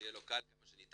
שיהיה לו קל עד כמה שניתן,